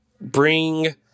bring